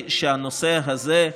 שהנושא הזה,